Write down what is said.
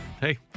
Hey